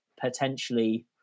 potentially